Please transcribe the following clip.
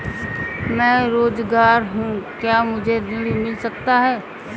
मैं बेरोजगार हूँ क्या मुझे ऋण मिल सकता है?